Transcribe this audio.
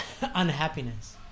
unhappiness